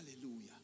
Hallelujah